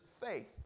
faith